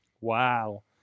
Wow